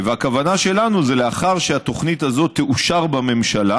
הכוונה שלנו היא לאחר שהתוכנית הזאת תאושר בממשלה,